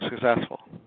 successful